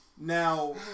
Now